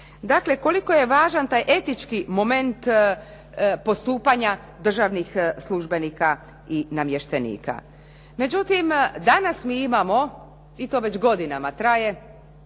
Dakle koliko je važan taj etički moment postupanja državnih službenika i namještenika. Međutim, danas mi imamo i to već godina traje